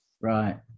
right